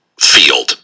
field